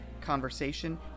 conversation